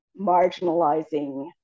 marginalizing